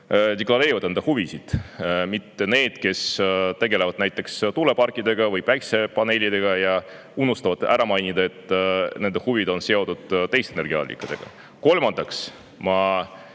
deklareerivad enda huvisid, mitte need, kes tegelevad näiteks tuuleparkidega või päikesepaneelidega ja unustavad mainida, et nende huvid on seotud teiste energiaallikatega. Kolmandaks, ma